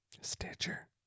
Stitcher